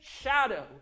shadow